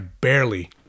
barely